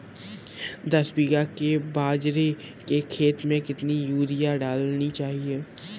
दस बीघा के बाजरे के खेत में कितनी यूरिया डालनी चाहिए?